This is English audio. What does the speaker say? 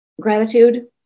Gratitude